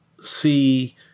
see